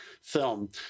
film